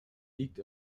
liegt